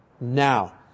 now